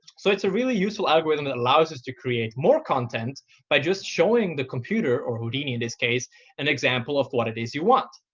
so it's a really useful algorithm that allows us to create more content by just showing the computer or houdini, in this case an example of what it is you want.